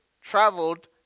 traveled